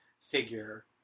figure